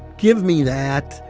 give me that.